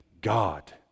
God